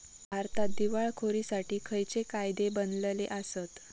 भारतात दिवाळखोरीसाठी खयचे कायदे बनलले आसत?